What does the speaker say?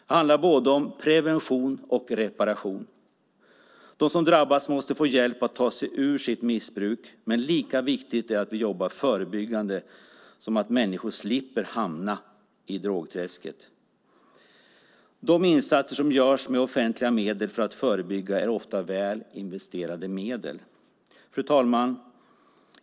Det handlar om både prevention och reparation. De som drabbas måste få hjälp att ta sig ur sitt missbruk, men det är lika viktigt att vi jobbar förebyggande så att människor slipper hamna i drogträsket. De insatser som görs med offentliga medel för att förebygga är ofta väl investerade medel. Fru talman!